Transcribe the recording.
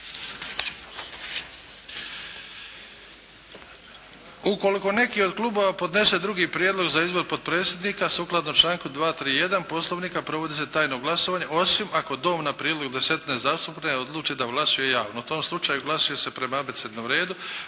Ukoliko neki od klubova podnese drugi prijedlog za izbor potpredsjednika sukladno članku 231. Poslovnika, provodi se tajno glasovanje osim ako Dom na prijedlog desetine zastupnika ne odluči da glasuje javno. U tom slučaju glasuje se prema abecednom redu